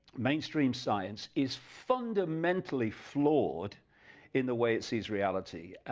mainstream science is fundamentally flawed in the way it sees reality,